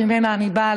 שממנה אני באה,